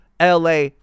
LA